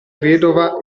vedova